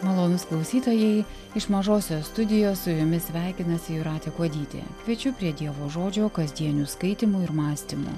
malonūs klausytojai iš mažosios studijos su jumis sveikinasi jūratė kuodytė kviečiu prie dievo žodžio kasdienių skaitymų ir mąstymų